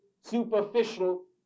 superficial